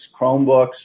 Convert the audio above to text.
Chromebooks